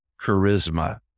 charisma